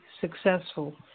successful